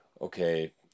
okay